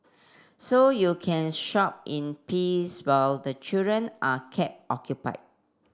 so you can shop in peace while the children are kept occupied